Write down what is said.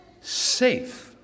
safe